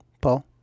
Paul